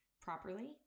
properly